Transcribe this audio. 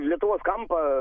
lietuvos kampą